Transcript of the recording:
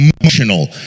emotional